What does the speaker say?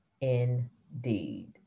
indeed